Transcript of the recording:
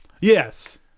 Yes